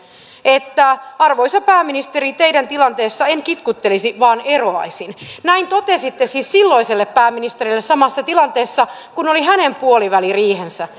arvoisa pääministeri teidän tilanteessanne en kitkuttelisi vaan eroaisin näin totesitte siis silloiselle pääministerille samassa tilanteessa kun oli hänen puoliväliriihensä